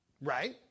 Right